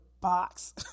box